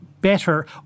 better